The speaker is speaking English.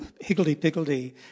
higgledy-piggledy